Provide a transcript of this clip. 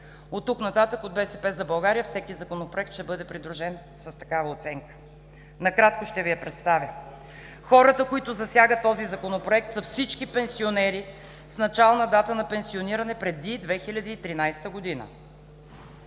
От тук нататък от „БСП за България“ всеки законопроект ще бъде придружен с такава оценка. Накратко ще Ви я представя. Хората, които засяга този Законопроект, са всички пенсионери с начална дата на пенсиониране преди 2013 г.